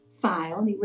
file